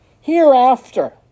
Hereafter